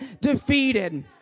defeated